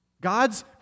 God's